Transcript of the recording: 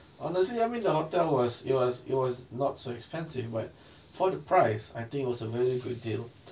honestly I mean the hotel was it was it was not so expensive but for the price I think it was a very good deal